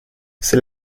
c’est